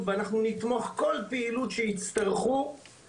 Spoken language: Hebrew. יכול להיות שנגיד שתרמנו משהו בסוגיה הזאת.